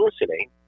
listening